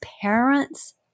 parents